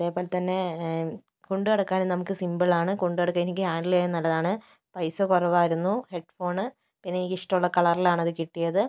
അതേപോലെ തന്നെ കൊണ്ട് നടക്കാനും നമുക്ക് സിംപിളാണ് കൊണ്ട് നടക്കാൻ എനിക്ക് ഹാൻഡിൽ ചെയ്യാൻ നല്ലതാണ് പൈസ കുറവായിരുന്നു ഹെഡ് ഫോൺ പിന്നെ എനിക്ക് ഇഷ്ടമുള്ള കളറിലാണ് അത് കിട്ടിയത്